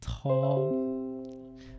tall